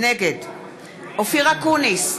נגד אופיר אקוניס,